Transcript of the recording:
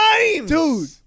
dude